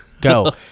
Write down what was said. Go